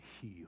heal